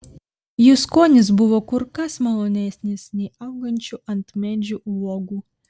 jų skonis buvo kur kas malonesnis nei augančių ant medžių uogų